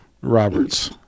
Robert's